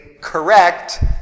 correct